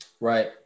right